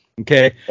Okay